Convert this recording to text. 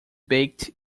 baked